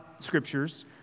scriptures